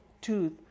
tooth